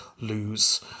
lose